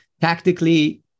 tactically